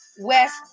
West